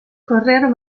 correr